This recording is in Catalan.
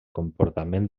comportament